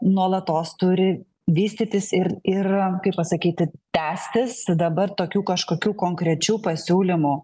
nuolatos turi vystytis ir ir kaip pasakyti tęstis dabar tokių kažkokių konkrečių pasiūlymų